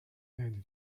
and